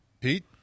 Pete